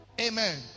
Amen